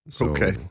Okay